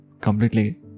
completely